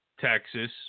Texas